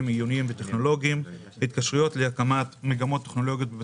עיוניים וטכנולוגיים אשר חוצות שנת תקציב.